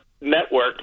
network